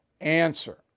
answer